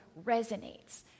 resonates